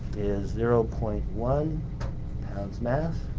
is zero point one pounds mass,